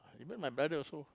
even my brother also